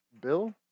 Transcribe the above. Bill